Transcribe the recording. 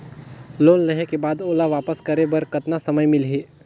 Loan लेहे के बाद ओला वापस करे बर कतना समय मिलही?